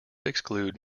exclude